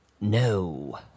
no